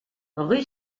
rue